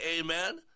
amen